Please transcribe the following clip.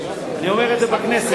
אני אומר את זה בכנסת.